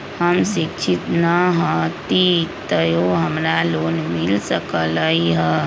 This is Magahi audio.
हम शिक्षित न हाति तयो हमरा लोन मिल सकलई ह?